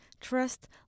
trust